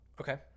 Okay